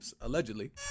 Allegedly